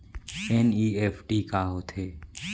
NEFT का होथे?